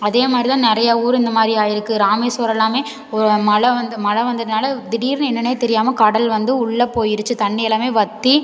அதே மாதிரி தான் நிறையா ஊர் இந்த மாதிரி ஆயிருக்கு ராமேஸ்வரம் எல்லாமே ஒரு மழை வந்த மழை வந்தனால் திடீர்னு என்னென்னே தெரியாமல் கடல் வந்து உள்ள போயிருச்சு தண்ணி எல்லாமே வற்றி